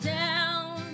down